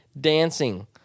dancing